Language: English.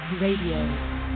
Radio